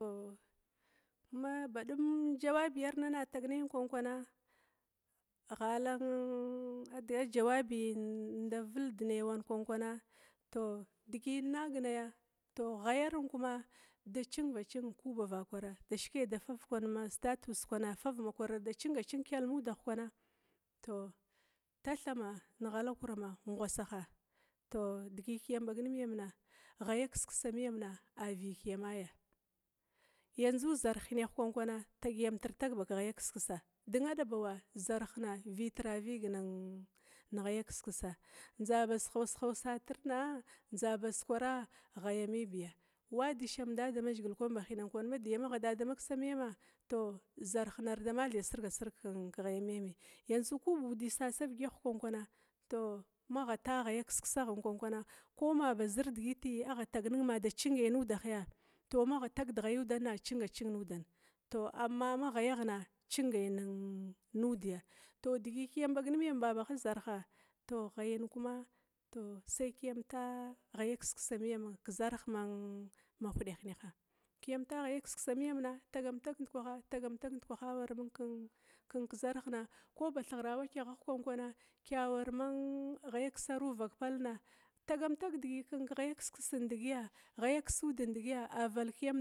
Ma badum jawabiyarn na tagnai kwan kwana ghalan jawabiyan inda vilda nai kwan kwana tou digi innaganai ghayarna da cinva cinbg ku ba vakwara dayake da fav ma status kwana mabakwar arda cinga cing tumgudah kwana talhama mghala kuram ngwasaha tou digi kiyam bagnumyamna, ghaya kiskismiyamna avikiyamabi yanzu ba zarh hincha kwana tagyamtir tag bak ghaya kiskisna dun abawa zarhna vitrivig ghaya kiskisna, ndza baz haushausatrin ndza bouwa ghayamiyambiya, ba wadish kwan ba hinana am dada mazhigila kwana ma diyamaghana dadama kisamiyamna tou zarhna arda mathai sirgasir keghayami yambi, kou ba udi sasama vigyagh kwankwana tou maghata ghaya kiskisanghan kwana, kou maba zir digiti agha tagnin mada cingay nudaghya tou magha tag de ghayudanna cinga cing nuda tou ama magha tagde kiskisa ku ghayaghna cingai nudi. Digi kryam bag numyam babaha zarhay sai kiyam ta ghaya kiskisa miyam ma huda hincha, tagam tag ndukwaha tagam tag ndukwaha mungken kezarhna, kou ba thighra wa kuaghagh kwankwana ghaya kisaru vak pall na, tagam tag digi keghaya kiskisan digiya ghaya kisudan digiya a valkiyamdai digiya.